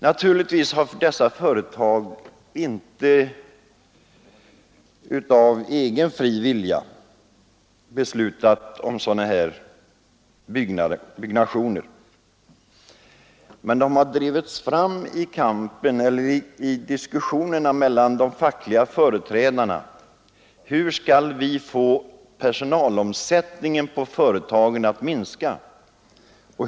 Naturligtvis har företagen inte av egen fri vilja kommit fram till besluten om sådana här byggnationer, utan dessa har drivits fram i diskussionerna med fackliga företrädare rörande olika problem: Hur skall vi få personalomsättningen att minska?